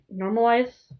normalize